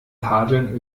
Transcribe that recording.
tadeln